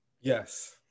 Yes